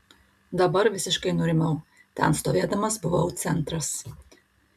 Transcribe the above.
dabar visiškai nurimau ten stovėdamas buvau centras